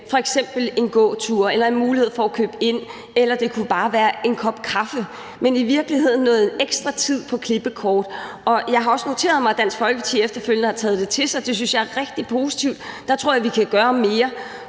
f.eks. en gåtur eller en mulighed for at købe ind, eller det kunne bare være en kop kaffe – men i virkeligheden noget ekstra tid på klippekortet. Jeg har også noteret mig, at Dansk Folkeparti efterfølgende har taget det til sig. Det synes jeg er rigtig positivt. Der tror jeg vi kan gøre mere.